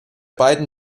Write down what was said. beiden